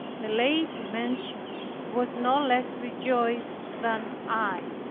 the lady mentioned was no less rejoiced than i.